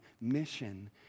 mission